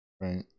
Right